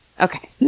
Okay